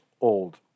old